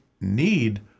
need